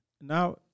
Now